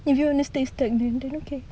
if you want to stay start then okay